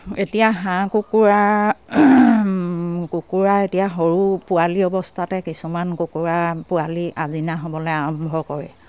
এতিয়া হাঁহ কুকুৰা কুকুৰা এতিয়া সৰু পোৱালি অৱস্থাতে কিছুমান কুকুৰা পোৱালি আজিনা হ'বলে আৰম্ভ কৰে